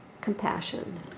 compassion